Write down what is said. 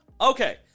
Okay